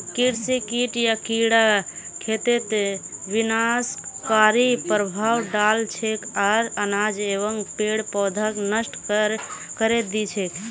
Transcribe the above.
कृषि कीट या कीड़ा खेतत विनाशकारी प्रभाव डाल छेक आर अनाज एवं पेड़ पौधाक नष्ट करे दी छेक